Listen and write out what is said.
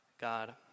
God